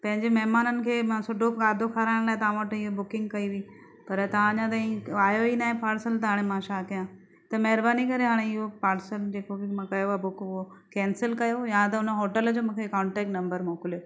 पंहिंजे महिमाननि खे मां सुठो खाधो खाराइणु लाइ तां वटि इहो बुकिंग कई हुई पर तां अञा ताईं आयो ई नाहे पार्सल त हाणे मां छा कयां त महिरबानी करे हाणे इहो पार्सल जेको बि मां कयो आहे बुक उहो कैंसल कयो या त हुन होटल जो मूंखे कोंटेक्ट नंबरु मोकिलियो